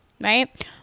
Right